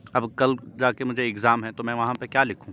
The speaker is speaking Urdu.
اب کل جا کے مجھے اگزام ہے تو میں وہاں پہ کیا لکھوں